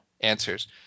answers